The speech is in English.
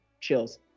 Chills